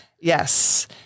yes